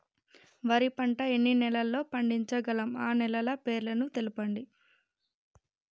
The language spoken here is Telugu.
వరి పంట ఎన్ని నెలల్లో పండించగలం ఆ నెలల పేర్లను తెలుపండి?